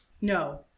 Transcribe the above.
No